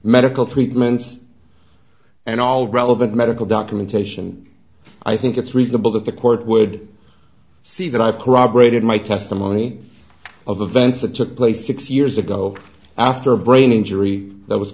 medical treatments and all relevant medical documentation i think it's reasonable that the court would see that i have corroborated my testimony of events that took place six years ago after a brain injury that was